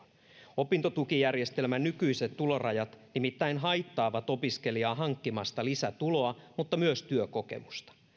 opintotukijärjestelmän nykyiset tulorajat nimittäin haittaavat opiskelijaa hankkimasta lisätuloa mutta myös työkokemusta